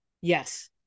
Yes